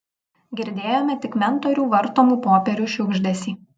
girdėjome tik mentorių vartomų popierių šiugždesį